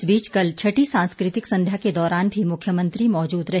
इस बीच कल छठी सांस्कृतिक संध्या के दौरान भी मुख्यमंत्री मौजूद रहे